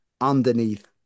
underneath